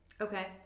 Okay